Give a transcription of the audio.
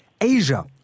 Asia